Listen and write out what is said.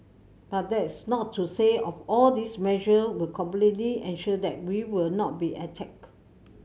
but that's not to say of all these measure will completely ensure that we will not be attacked